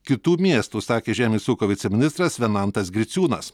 kitų miestų sakė žemės ūkio viceministras venantas griciūnas